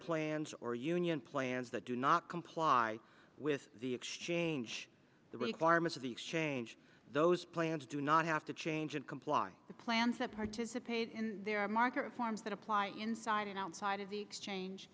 plans or union plans that do not comply with the exchange the requirements of the exchange those plans do not have to change and comply the plans that participate in their market forms that apply inside and outside of the exchange